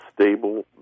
stable